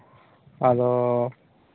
ᱟᱫᱚ